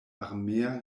armea